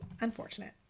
unfortunate